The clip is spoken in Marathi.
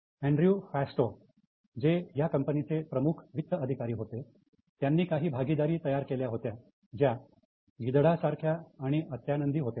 अँड्रॉ फास्टॉ जे या कंपनीचे प्रमुख वित्त अधिकारी होते यांनी काही भागीदारी तयार केल्या होत्या ज्या गिधडासारख्या आणि आत्यानंदी होत्या